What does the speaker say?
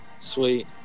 Sweet